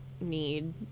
need